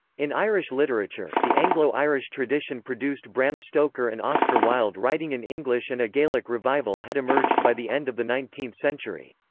in irish literature, the anglo-irish tradition produced bram stoker and oscar wilde writing in english and a gaelic revival had emerged by the end of the nineteenth century.